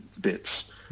bits